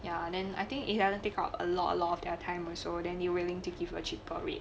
ya and then I think if you haven't take up a lot a lot of their time also then they are willing to give a cheaper rate